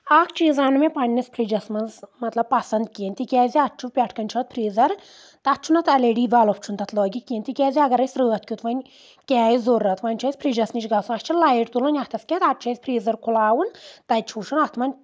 اکھ چیٖز آو نہٕ مےٚ پنٕنِس فرجس منٛز مطلب پسنٛد کینٛہہ تِکیازِ اتھ چھُ پیٹھ کنۍ چھُ اتھ فریزر تتھ چھُنہٕ اتھ ایل ای ڈی بلٕپ چھُنہٕ تَتھ لٲگِتھ کینٛہہ تِکیازِ اگر أسۍ رٲتھ کیُتھ وۄنۍ کیٛازِ ضوٚرتھ وۄنۍ چھُ اَسہِ فرجس نِش گژھُن اَسہِ چھِ لایٹ تُلنٕۍ یتھس کینٛہہ اتھ چھُ اسہِ فریٖزر کھُلاوُن تَتہِ چھُ وٕچھُن اَتھ منٛز